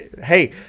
Hey